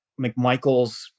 McMichaels